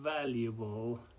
valuable